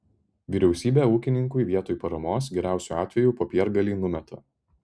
vyriausybė ūkininkui vietoj paramos geriausiu atveju popiergalį numeta